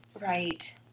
Right